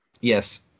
yes